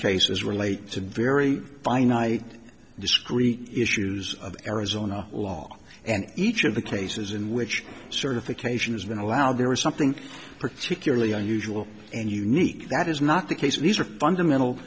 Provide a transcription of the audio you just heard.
cases relate to very finite discrete issues of arizona law and each of the cases in which certification has been allowed there was something particularly unusual and unique that is not the case these are fundamental